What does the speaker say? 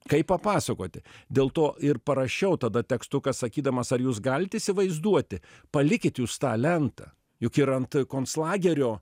kaip papasakoti dėl to ir parašiau tada tekstuką sakydamas ar jūs galit įsivaizduoti palikit jūs tą lentą juk ir ant konclagerio